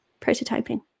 prototyping